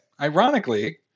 Ironically